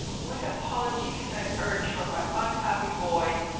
what apology can i urge for my unhappy boy?